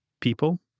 people